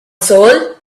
soul